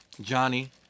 Johnny